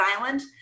Island